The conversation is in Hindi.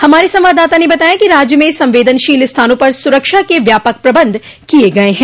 हमारे संवाददाता ने बताया है कि राज्य में संवेदनशील स्थानों पर सुरक्षा के व्यापक प्रबंध किए गए हैं